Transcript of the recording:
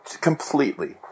completely